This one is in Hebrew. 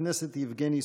חבר הכנסת יבגני סובה.